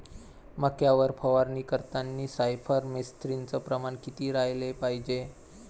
मक्यावर फवारनी करतांनी सायफर मेथ्रीनचं प्रमान किती रायलं पायजे?